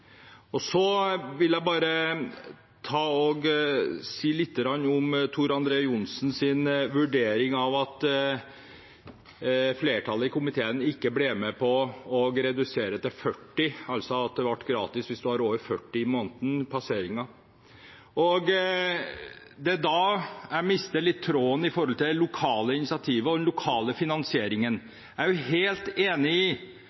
Så vil jeg bare si lite grann om Tor André Johnsens vurdering av at flertallet i komiteen ikke ble med på å redusere til 40, at det altså ville være gratis hvis en hadde over 40 passeringer i måneden. Det er da jeg mister litt tråden – med tanke på det lokale initiativet og den lokale finansieringen. Jeg er helt enig i